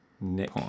Nick